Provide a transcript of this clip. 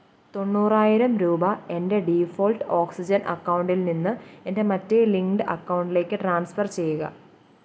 തൊണ്ണൂറായിരം രൂപ എൻ്റെ ഡിഫോൾട്ട് ഓക്സിജൻ അക്കൗണ്ടിൽ നിന്ന് എൻ്റെ മറ്റേ ലിങ്ക്ഡ് അക്കൗണ്ടിലേക്ക് ട്രാൻസ്ഫർ ചെയ്യുക